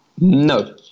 no